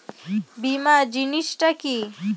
বীমা জিনিস টা কি?